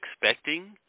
expecting